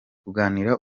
kuganira